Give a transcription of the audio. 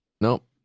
Nope